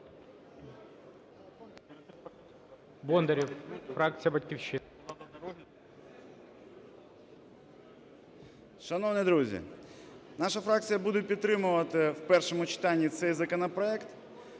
Бондарєв, фракція "Батьківщина".